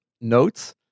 notes